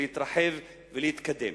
להתרחב ולהתקדם?